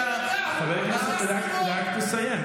חבר הכנסת שקלים,